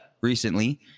recently